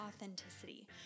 authenticity